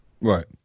Right